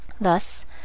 Thus